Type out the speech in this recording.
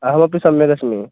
अहमपि सम्यगस्मि